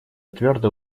твердо